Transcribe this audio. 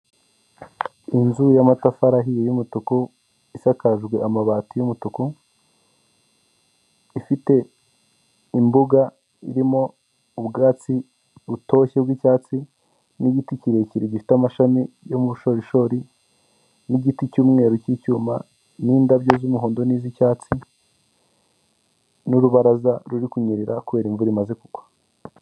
Perezida Paul Kagame w'u Rwanda ubwo yarari kwiyamamaza agahaguruka mu modoka agasuhuza abaturage bamushagaye, bose bafite utwapa duto twanditseho efuperi, ndetse hari abajepe bari kumurinda bareba hirya no hino bamucungira umutekano.